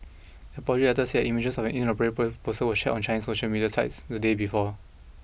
the apology letter said images of an inappropriate poster were shared on Chinese social media sites the day before